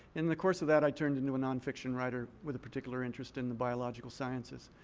in the course of that, i turned into a nonfiction writer with a particular interest in the biological sciences.